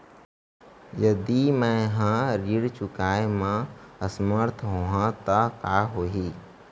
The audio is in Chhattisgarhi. यदि मैं ह ऋण चुकोय म असमर्थ होहा त का होही?